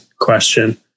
question